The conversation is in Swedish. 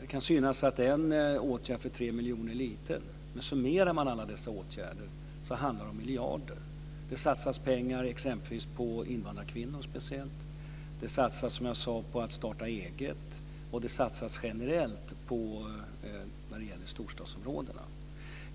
Det kan synas att en åtgärd för 3 miljoner är liten, men summerar man alla dessa åtgärder handlar det om miljarder. Det satsas t.ex. pengar speciellt på invandrarkvinnor. Det satsas, som jag sade, på att starta eget. Det satsas generellt när det gäller storstadsområdena.